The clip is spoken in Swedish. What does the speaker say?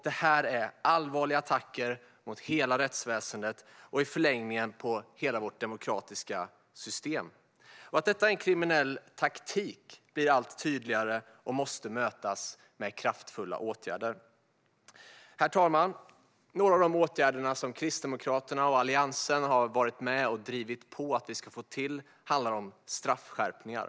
Detta är allvarliga attacker mot hela rättsväsendet och i förlängningen mot hela vårt demokratiska system. Att detta är en kriminell taktik blir allt tydligare, och det måste mötas med kraftfulla åtgärder. Herr talman! Några av de åtgärder som Kristdemokraterna och Alliansen har drivit att vi ska få till handlar om straffskärpningar.